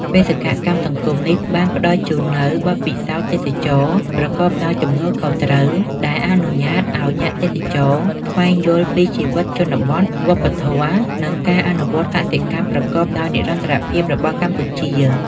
បេសកកម្មសង្គមនេះបានផ្តល់ជូននូវបទពិសោធន៍ទេសចរណ៍ប្រកបដោយទំនួលខុសត្រូវ ដែលអនុញ្ញាតឱ្យអ្នកទេសចរស្វែងយល់ពីជីវិតជនបទ វប្បធម៌ និងការអនុវត្តកសិកម្មប្រកបដោយនិរន្តរភាពរបស់កម្ពុជា ។